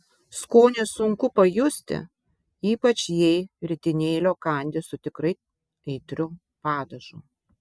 skonį sunku pajusti ypač jei ritinėlio kandi su tikrai aitriu padažu